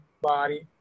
body